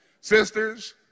Sisters